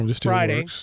Friday